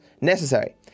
necessary